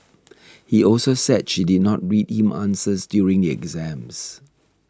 he also said she did not read him answers during exams